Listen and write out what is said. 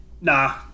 Nah